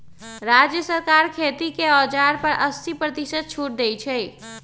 राज्य सरकार खेती के औजार पर अस्सी परतिशत छुट देई छई